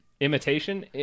Imitation